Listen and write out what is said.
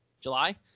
July